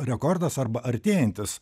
rekordas arba artėjantis